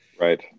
Right